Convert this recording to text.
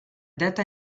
date